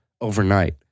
overnight